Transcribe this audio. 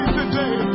today